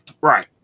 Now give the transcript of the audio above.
Right